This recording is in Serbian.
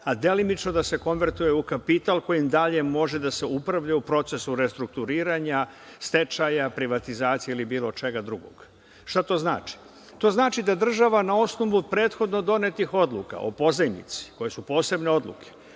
a delimično da se konvertuje u kapital kojim dalje može da se upravlja u procesu restrukturiranja, stečaja, privatizacije ili bilo čega drugog. Šta to znači? To znači da država na osnovu prethodno donetih odluka o pozajmici, koje su posebne odluke,